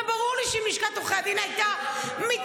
וברור לי שאם לשכת עורכי הדין הייתה מתייצבת,